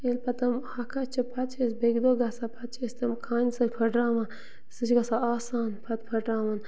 ییٚلہِ پَتہٕ تِم ہۄکھان چھِ پَتہٕ چھِ أسۍ بیٚکہِ دۄہ گژھان پَتہٕ چھِ أسۍ تِم خانہِ سۭتۍ پھٕٹراوان سُہ چھُ گژھان آسان پَتہٕ پھٕٹراوُن